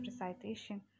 recitation